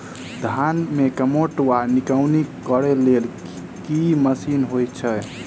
धान मे कमोट वा निकौनी करै लेल केँ मशीन होइ छै?